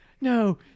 No